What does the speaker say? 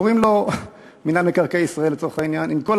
קוראים לו "מינהל מקרקעי ישראל" לצורך העניין עם כל